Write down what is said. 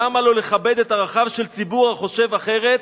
למה לא לכבד את ערכיו של ציבור החושב אחרת